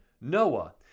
Noah